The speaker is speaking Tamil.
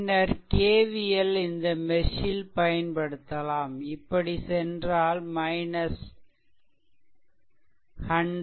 பின்னர் KVL இந்த மெஷ் ல் பயன்படுத்தலாம் இப்படி சென்றால் 100